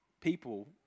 people